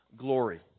glory